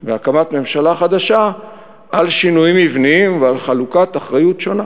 בהקמת ממשלה חדשה על שינויים מבניים ועל חלוקת אחריות שונה.